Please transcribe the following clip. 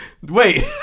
Wait